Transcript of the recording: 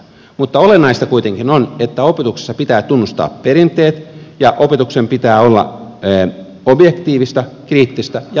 mutta olennaista kuitenkin on että opetuksessa pitää tunnustaa perinteet ja opetuksen pitää olla objektiivista kriittistä ja moniarvoista